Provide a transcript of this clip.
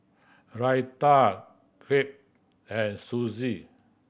Raita Crepe and